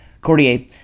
Cordier